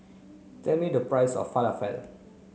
tell me the price of Falafel